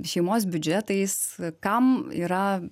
šeimos biudžetais kam yra